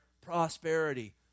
prosperity